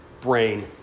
brain